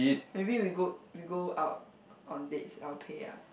maybe we go we go out on dates I'll pay lah